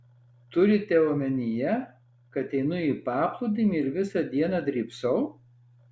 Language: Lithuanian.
turite omenyje kad einu į paplūdimį ir visą dieną drybsau